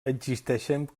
existeixen